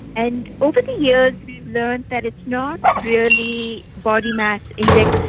and over the years we've learned that it's not really body-mass index,